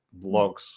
blogs